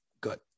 good